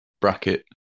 bracket